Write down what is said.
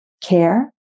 care